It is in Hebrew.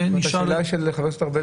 השאלה של חבר הכנסת ארבל,